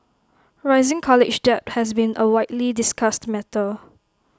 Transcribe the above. rising college debt has been A widely discussed matter